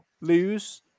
lose